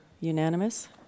unanimous